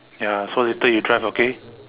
ya so later you drive okay